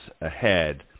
ahead